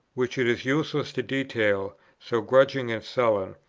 which it is useless to detail, so grudging and sullen,